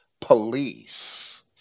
police